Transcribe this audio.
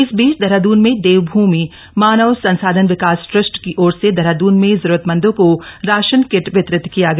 इस बीच देहरादन में देवभूमि मानव संसाधन विकास ट्रस्ट की ओर से देहरादून में जरूरतमंदों को राशन किट वितरित किया गया